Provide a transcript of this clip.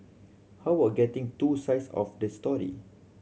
how about getting two sides of the story